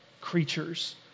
creatures